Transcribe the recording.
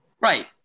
Right